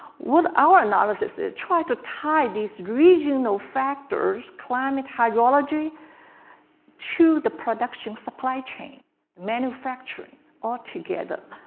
what our analysis is try to tie these regional factors climate hydrology to the production supply chain manufacturing all together.